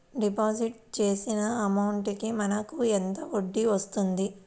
Deposit చేసిన amount కి మనకి ఎంత వడ్డీ వస్తుంది?